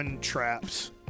traps